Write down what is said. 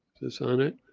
this on it.